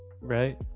right